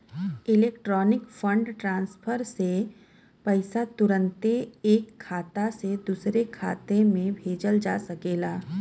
electronic fund transfer से पईसा तुरन्ते ऐक खाते से दुसरे खाते में भेजल जा सकेला